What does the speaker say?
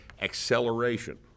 acceleration